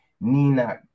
Nina